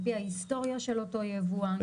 על פי ההיסטוריה של אותו יבואן.